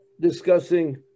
discussing